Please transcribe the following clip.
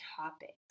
topics